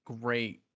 great